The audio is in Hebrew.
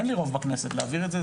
אין לי רוב בכנסת להעביר את זה,